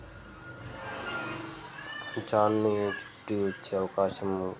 ఇచ్చే అవకాశము